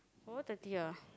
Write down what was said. four thirty ah